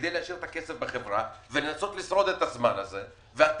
כדי להשאיר את הכסף בחברה ולנסות לשרוד את הזמן הזה ואתם,